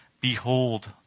Behold